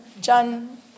John